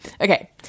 Okay